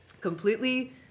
completely